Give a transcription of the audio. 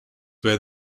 where